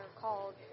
called